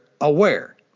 aware